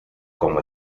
como